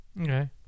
Okay